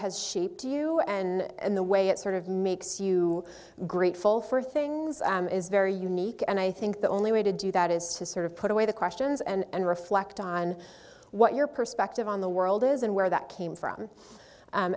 has sheep to you and the way it sort of makes you grateful for things and is very unique and i think the only way to do that is to sort of put away the questions and reflect on what your perspective on the world is and where that came from